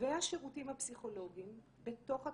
והשירותים הפסיכולוגיים בתוך התוכנית,